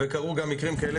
וקרו גם מקרים כאלה,